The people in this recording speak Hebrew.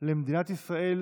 למדינת ישראל